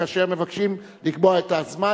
כאשר מבקשים לקבוע את הזמן,